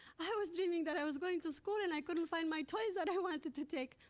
i i was dreaming that i was going to school and i couldn't find my toys that i wanted to take,